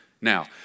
Now